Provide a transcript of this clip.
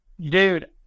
Dude